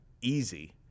easy